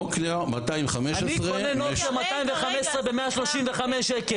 אני קונה נוקיה 215 ב-135 שקל.